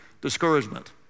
discouragement